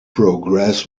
progress